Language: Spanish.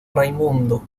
raimundo